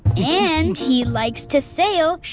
and he likes to sail,